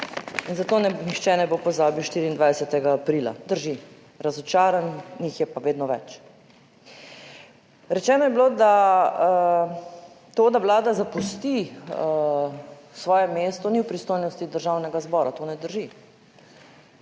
in zato nihče ne bo pozabil 24. aprila. Drži, razočaranih jih je pa vedno več. Rečeno je bilo, da to, da Vlada zapusti svoje mesto, ni v pristojnosti Državnega zbora. To ne drži.